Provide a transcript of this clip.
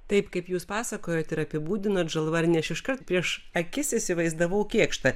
taip kaip jūs pasakojot ir apibūdinat žalvarnį aš iškart prieš akis įsivaizdavau kėkštą